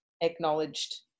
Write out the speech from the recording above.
acknowledged